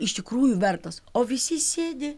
iš tikrųjų vertos o visi sėdi